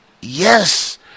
Yes